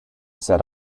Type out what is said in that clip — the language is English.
said